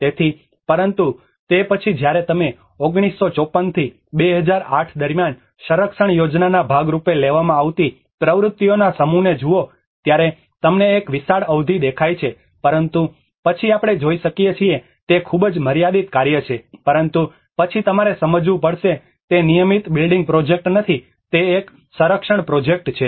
તેથી પરંતુ તે પછી જ્યારે તમે 1954 થી 2008 દરમિયાન સંરક્ષણ યોજનાના ભાગ રૂપે લેવામાં આવતી પ્રવૃત્તિઓના સમૂહને જુઓ ત્યારે તમને એક વિશાળ અવધિ દેખાય છે પરંતુ પછી આપણે જોઈ શકીએ છીએ તે ખૂબ જ મર્યાદિત કાર્ય છે પરંતુ પછી તમારે સમજવું પડશે તે નિયમિત બિલ્ડિંગ પ્રોજેક્ટ નથી તે એક સંરક્ષણ પ્રોજેક્ટ છે